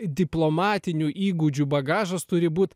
diplomatinių įgūdžių bagažas turi būt